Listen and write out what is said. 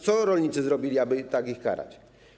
Co rolnicy zrobili, aby tak ich karać?